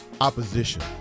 Opposition